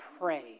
pray